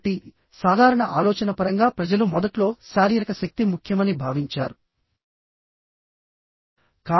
కాబట్టి సాధారణ ఆలోచన పరంగా ప్రజలు మొదట్లో శారీరక శక్తి ముఖ్యమని భావించారు